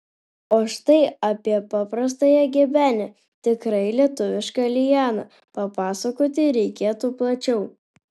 o štai apie paprastąją gebenę tikrai lietuvišką lianą papasakoti reikėtų plačiau